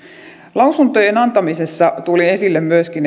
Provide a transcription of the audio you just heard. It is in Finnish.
lausuntojen antamisessa tuli esille myöskin